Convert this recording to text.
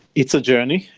it's a journey.